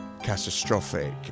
catastrophic